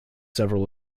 several